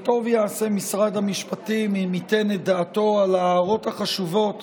וטוב יעשה משרד המשפטים אם ייתן את דעתו על ההערות החשובות